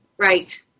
Right